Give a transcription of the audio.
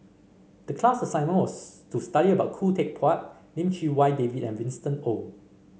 the class assignment was to study about Khoo Teck Puat Lim Chee Wai David and Winston Oh